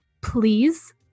please